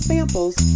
Samples